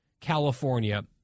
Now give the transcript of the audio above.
California